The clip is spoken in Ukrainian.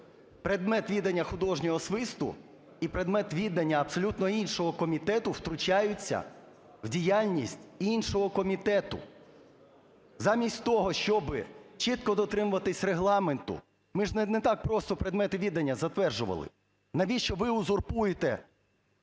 предмет відання художнього свисту і предмет відання абсолютно іншого комітету, втручаються в діяльність іншого комітету. Замість того, щоби чітко дотримуватися Регламенту. Ми ж не так просто предмети відання затверджували. Навіщо ви узурпуєте